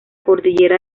cordillera